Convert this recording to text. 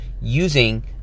using